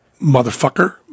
motherfucker